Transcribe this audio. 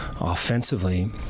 offensively